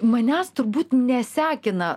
manęs turbūt nesekina